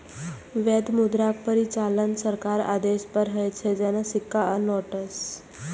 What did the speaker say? वैध मुद्राक परिचालन सरकारक आदेश पर होइ छै, जेना सिक्का आ नोट्स